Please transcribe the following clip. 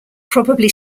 probably